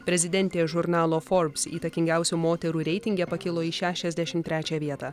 prezidentė žurnalo forbs įtakingiausių moterų reitinge pakilo į šešiasdešimt trečią vietą